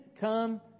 come